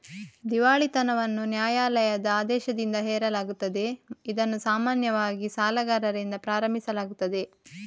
ದಿವಾಳಿತನವನ್ನು ನ್ಯಾಯಾಲಯದ ಆದೇಶದಿಂದ ಹೇರಲಾಗುತ್ತದೆ, ಇದನ್ನು ಸಾಮಾನ್ಯವಾಗಿ ಸಾಲಗಾರರಿಂದ ಪ್ರಾರಂಭಿಸಲಾಗುತ್ತದೆ